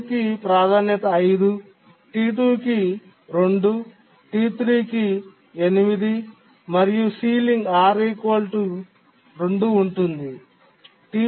T1 కి ప్రాధాన్యత 5 T2 కి 2 T3 కి 8 మరియు సీలింగ్ ఉంటుంది